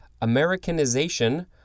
Americanization